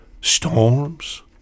Storms